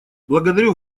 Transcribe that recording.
благодарю